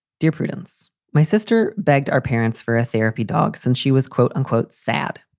dear prudence. my sister begged our parents for a therapy dogs, and she was, quote unquote, sad.